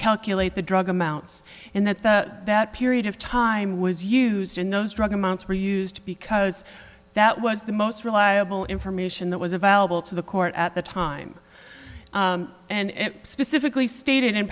calculate the drug amounts and that the that period of time was used in those drug amounts were used because that was the most reliable information that was available to the court at the time and specifically stated in